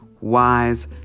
wise